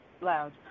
loud